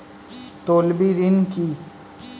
তলবি ঋন কি?